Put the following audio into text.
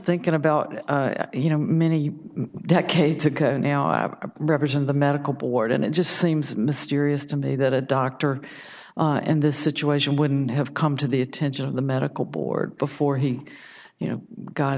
thinking about you know many decades ago now our represent the medical board and it just seems mysterious to me that a doctor and this situation wouldn't have come to the attention of the medical board before he you know got